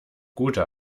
gute